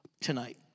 tonight